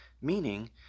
meaning